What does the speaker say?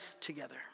together